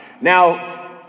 Now